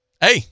hey